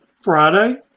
Friday